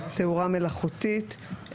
תאורה מלאכותית,